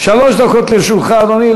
שלוש דקות לרשותך, אדוני.